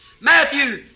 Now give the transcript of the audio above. Matthew